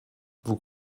vous